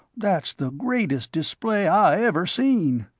that's the greatest display i ever seen.